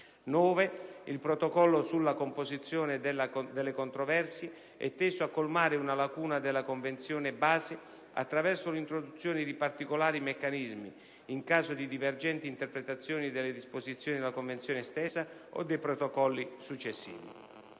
9. Il Protocollo sulla composizione delle controversie è teso a colmare una lacuna della Convenzione base attraverso l'introduzione di particolari meccanismi in caso di divergenti interpretazioni delle disposizioni della Convenzione stessa o dei Protocolli successivi.